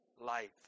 life